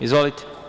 Izvolite.